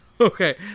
okay